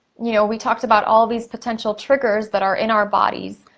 you know we talked about all these potential triggers that are in our bodies,